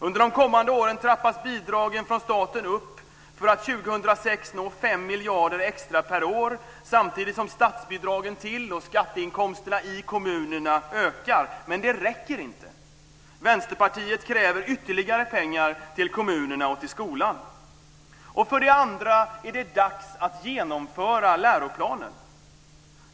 Under de kommande åren trappas bidragen från staten upp för att 2006 nå 5 miljarder extra per år samtidigt som statsbidragen till och skatteinkomsterna i kommunerna ökar, men det räcker inte. Vänsterpartiet kräver ytterligare pengar till kommunerna och till skolan. För det andra är det dags att genomföra läroplanen.